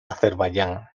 azerbaiyán